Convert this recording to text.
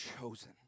chosen